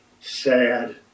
sad